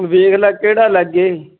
ਵੇਖ ਲੈ ਕਿਹੜਾ ਲਾਗੇ